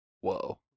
Whoa